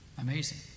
Amazing